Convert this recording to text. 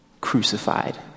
crucified